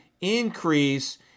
increase